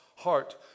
heart